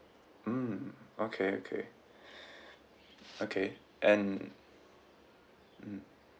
mm okay okay okay and mm